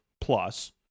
plus